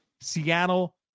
Seattle